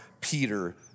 Peter